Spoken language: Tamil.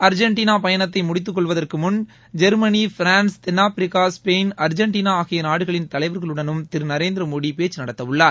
அர்ஜெண்டினா பயணத்தை முடித்துக் கொள்வதற்கு முன் ஜொ்மனி பிரான்ஸ் தென்னாப்பிரிக்கா ஸ்பெயின் அர்ஜெண்டினா ஆகிய நாடுகளின் தலைவர்களுடனும் திரு நரேந்திரமோடி பேச்க நடத்தவுள்ளார்